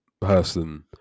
person